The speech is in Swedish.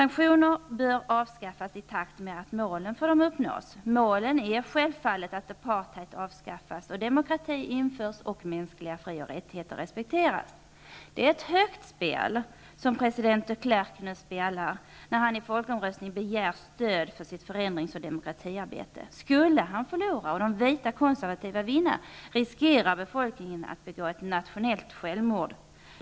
Sanktioner bör avskaffas i takt med att målen för dem uppnås. Målen är självfallet att apartheid avskaffas, demokrati införs och mänskliga fri och rättigheter respekteras. Det är ett högt spel som president de Klerk nu spelar, när han i folkomröstning begär stöd för sitt förändrings och demokratiarbete. Skulle han förlora och de vita konservativa vinna, riskerar befolkningen att begå ett nationellt självmord.